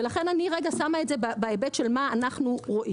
לכן אני שמה את זה רגע בהיבט של מה אנחנו רואים.